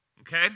okay